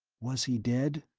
was he dead?